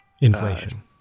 inflation